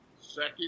Second